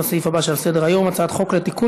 לסעיף הבא שעל סדר-היום: הצעת חוק לתיקון